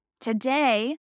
Today